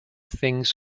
things